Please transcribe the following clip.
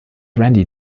randy